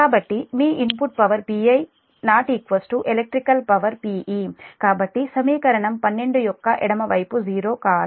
కాబట్టి మీ input power Pi ≠ electric power Pe కాబట్టి సమీకరణం 12 యొక్క ఎడమ వైపు 0 కాదు